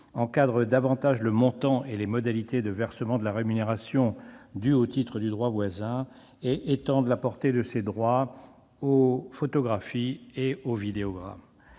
encadrent davantage le montant et les modalités de versement de la rémunération due au titre du droit voisin et étendent la portée de ce droit aux photographies et vidéogrammes.